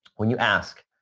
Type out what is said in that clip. when you ask,